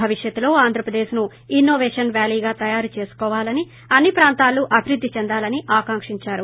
భవిష్యత్లో ఆంధ్రప్రదేశ్ ని ఇన్నోపేషన్ వ్యాలీగా తయారు చేసుకోవాలని అన్ని ప్రాంతాలు అభివృద్ది చెందాలని ఆకాంక్షించారు